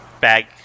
bag